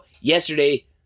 yesterday